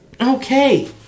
Okay